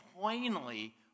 plainly